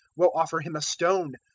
will offer him a stone?